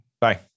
Bye